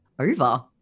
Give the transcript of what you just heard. over